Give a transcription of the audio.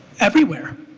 everywhere.